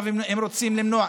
עכשיו הם רוצים למנוע,